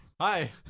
Hi